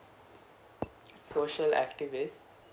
social activists